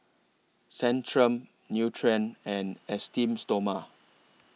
Centrum Nutren and Esteem Stoma